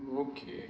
okay